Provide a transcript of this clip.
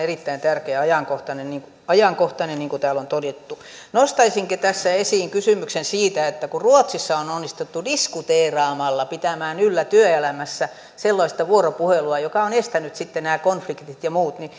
erittäin tärkeä ja ajankohtainen niin ajankohtainen niin kuin täällä on todettu nostaisinkin tässä esiin kysymyksen siitä kun ruotsissa on on onnistuttu diskuteeraamalla pitämään yllä työelämässä sellaista vuoropuhelua joka on estänyt sitten nämä konfliktit ja muut